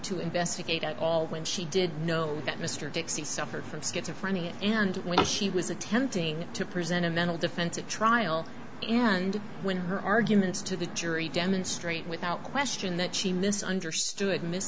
to investigate at all when she did know that mr dixie suffered from schizophrenia and when she was attempting to present a mental defense at trial and when her arguments to the jury demonstrate without question that she misunderstood